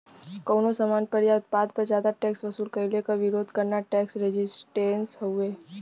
कउनो सामान पर या उत्पाद पर जादा टैक्स वसूल कइले क विरोध करना टैक्स रेजिस्टेंस हउवे